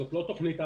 כי לא כך